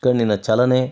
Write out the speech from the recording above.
ಕಣ್ಣಿನ ಚಲನೆ